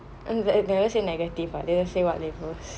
the never say negative what they only say what labels